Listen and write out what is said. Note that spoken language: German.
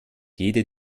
jede